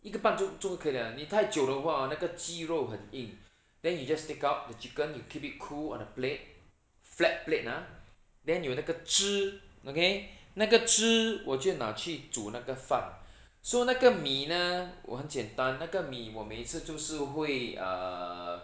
一个半钟就就可以了你太久的话 hor 那个鸡肉很硬 then you just take out the chicken you keep it cool on a plate flat plate ah then 有那个汁 okay 那个汁我就会拿去煮那个饭 so 那个米呢我很简单那个米我每一次就是会 err